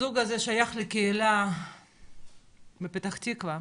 הזוג הזה שייך לקהילה מפתח תקווה,